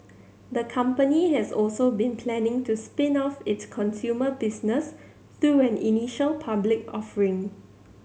the company has also been planning to spin off its consumer business through an initial public offering